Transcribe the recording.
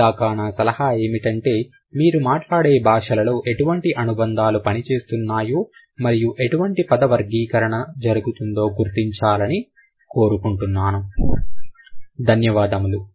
అప్పటిదాకా నా సలహా ఏమిటంటే మీరు మాట్లాడే భాషలలో ఎటువంటి అనుబంధాలు పనిచేస్తున్నాయో మరియు ఎటువంటి పద వర్గీకరణ జరుగుతుందో గుర్తించాలని కోరుకుంటున్నాను